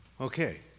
Okay